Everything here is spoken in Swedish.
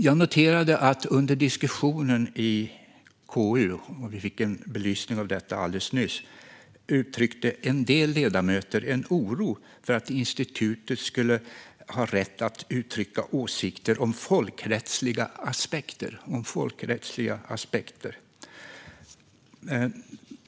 Jag noterade att en del ledamöter under diskussionen i KU - vi fick en belysning av detta alldeles nyss - uttryckte en oro för att institutet skulle ha rätt att uttrycka åsikter om folkrättsliga aspekter.